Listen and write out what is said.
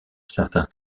certain